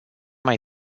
mai